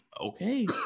Okay